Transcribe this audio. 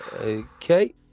Okay